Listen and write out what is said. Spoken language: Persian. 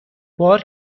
بار